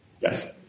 Yes